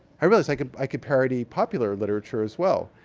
i realized i could i could parody popular literature as well.